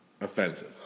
offensive